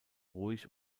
ruhig